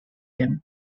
them